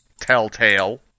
Telltale